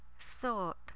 thought